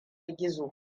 gizo